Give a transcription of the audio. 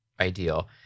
ideal